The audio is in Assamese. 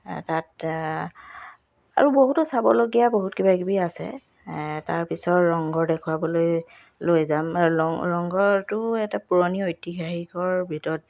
তাত আৰু বহুতো চাবলগীয়া বহুত কিবাকিবি আছে তাৰপিছত ৰংঘৰ দেখুৱাবলৈ লৈ যাম ৰং ৰংঘৰটো এটা পুৰণি ঐতিহাসিকৰ ভিতৰত